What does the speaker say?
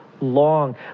long